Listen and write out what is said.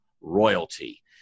Royalty